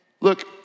look